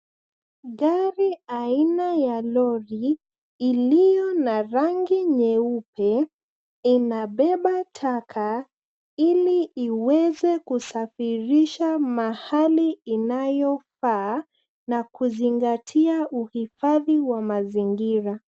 Gari aina ya lori, iliyo na rangi nyeupe, inabeba taka ili iweze kusafirisha mahali inayofaa, na kuzingatia uhifadhi wa mazingira.